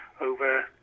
over